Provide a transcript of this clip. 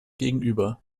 gegenüber